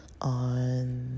on